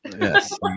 Yes